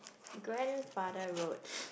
grandfather road